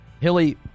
Hilly